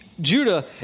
Judah